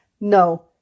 no